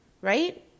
right